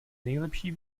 nejlepší